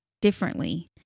differently